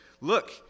look